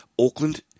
Auckland